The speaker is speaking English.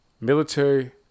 Military